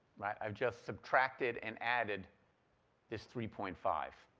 i've just subtracted and added this three point five,